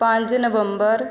ਪੰਜ ਨਵੰਬਰ